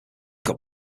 got